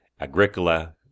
Agricola